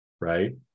right